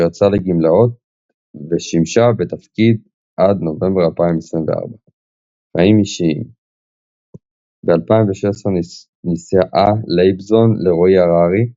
אשר יצא לגמלאות ושימשה בתפקיד עד נובמבר 2024. חיים אישיים ב-2016 נישאה לייבזון לרועי הררי,